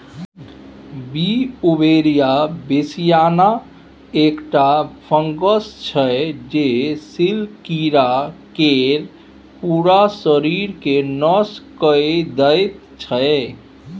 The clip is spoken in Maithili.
बीउबेरिया बेसियाना एकटा फंगस छै जे सिल्क कीरा केर पुरा शरीरकेँ नष्ट कए दैत छै